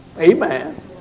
Amen